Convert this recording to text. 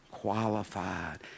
qualified